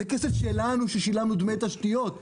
זה כס שלנו ששילמנו דמי תשתיות.